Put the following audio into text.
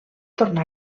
tornà